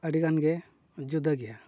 ᱟᱹᱰᱤᱜᱟᱱ ᱜᱮ ᱡᱩᱫᱟᱹ ᱜᱮᱭᱟ